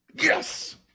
Yes